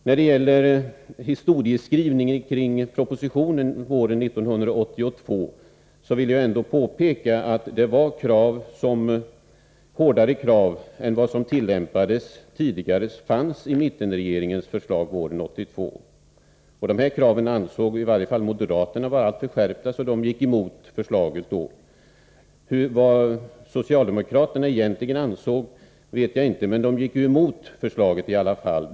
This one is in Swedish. När det gäller historieskrivningen kring propositionen våren 1982 vill jag påpeka att hårdare krav än de som tidigare gällde ställdes i mittenregeringens förslag våren 1982. Dessa krav ansåg åtminstone moderaterna vara alltför hårda, så de gick emot förslaget då. Vad socialdemokraterna egentligen ansåg vet jag inte, men de gick i alla fall emot förslaget.